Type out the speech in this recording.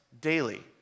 daily